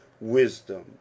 Wisdom